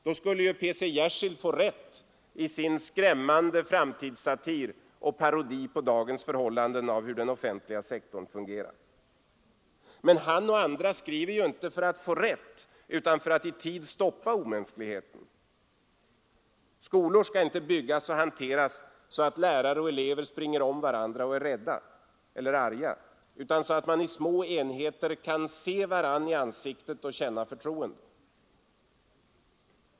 Då skulle ju P. C. Jersild få rätt i sin skrämmande framtidssatir och parodi på hur den offentliga sektorn fungerar. Men han och andra skriver ju inte för att få rätt utan för att i tid sätta stopp för omänskligheten. Skolor skall inte byggas och hanteras så att lärare och elever springer om varandra och är rädda eller arga, utan så att man i små enheter kan se varandra i ansiktet och känna förtroende.